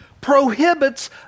prohibits